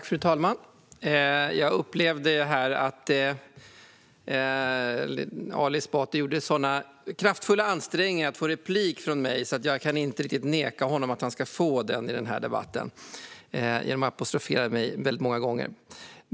Fru talman! Jag upplevde att Ali Esbati gjorde sådana kraftfulla ansträngningar att få mig att begära replik att jag inte riktigt kan neka honom att få ett replikskifte i debatten. Han apostroferade mig många gånger.